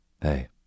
Hey